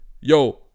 Yo